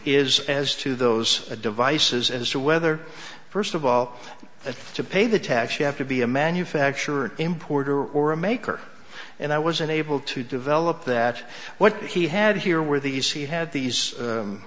is as to those devices as to whether first of all that to pay the tax you have to be a manufacturer importer or a maker and i was unable to develop that what he had here were these he had these